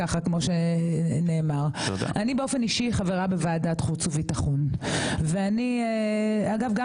אני חברה בוועדת חוץ וביטחון, ואגב, גם